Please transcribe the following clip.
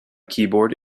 keyboard